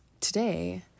today